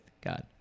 god